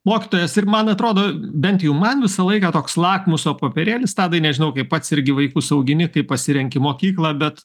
mokytojas ir man atrodo bent jau man visą laiką toks lakmuso popierėlis tadai nežinau kaip pats irgi vaikus augini kaip pasirenki mokyklą bet